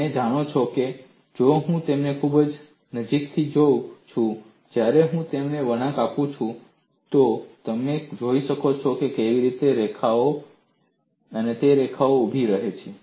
તમે જોઈ શકો છો જો હું તેને ખૂબ જ નજીકથી જોઉં છું જ્યારે હું તેને વળાંક આપું છું તો તમે જોઈ શકશો કે કેવી રીતે રેખાઓ તે રેખાઓ ઊભી રહે છે